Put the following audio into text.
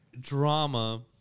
drama